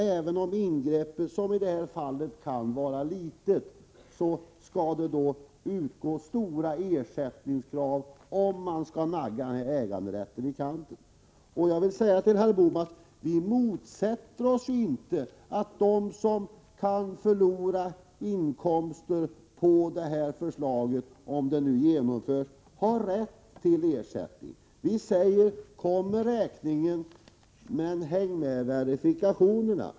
Även om ingreppet — som i det här fallet — kan vara litet, skall stora ersättningar utgå, om man skall nagga äganderätten i kanten. Men, herr Bohman, vi motsätter oss ju inte att de som kan förlora inkomster på det här förslaget — om det nu genomförs — har rätt till ersättning. Vi säger: Kom med räkningen, men häng med verifikationerna!